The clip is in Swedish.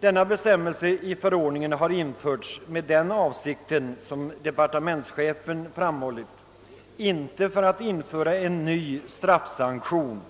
Denna bestämmelse i förordningen har, såsom departementschefen framhåller, inte införts i avsikt att skapa en ny straffsanktion